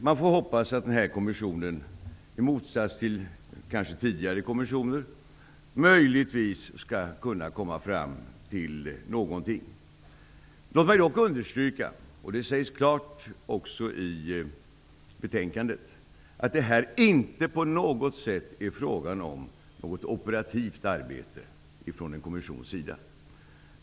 Man får hoppas att denna kommission, i motsats till tidigare kommissioner, möjligtvis skall komma fram till någonting. Låt mig dock understryka -- det sägs också klart i betänkandet -- att det inte på något sätt är fråga om ett operativt arbete från kommissionens sida.